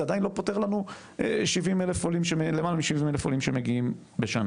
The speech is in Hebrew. זה עדיין לא פותר לנו למעלה משבעים אלף עולים שמגיעים בשנה.